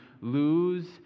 lose